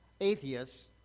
atheists